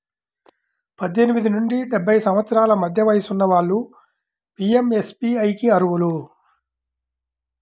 పద్దెనిమిది నుండి డెబ్బై సంవత్సరాల మధ్య వయసున్న వాళ్ళు పీయంఎస్బీఐకి అర్హులు